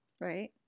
Right